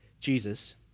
Jesus